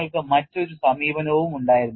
നിങ്ങൾക്ക് മറ്റൊരു സമീപനവുമുണ്ടായിരുന്നു